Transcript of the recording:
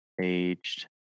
aged